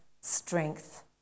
strength